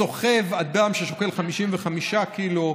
סוחב אדם ששוקל 55 קילו.